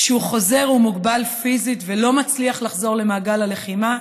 כשהוא חזר הוא היה מוגבל פיזית ולא הצליח לחזור למעגל הלחימה,